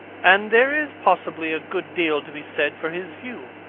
and there is possibly a good deal to be said for his view.